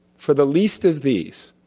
for the least of these,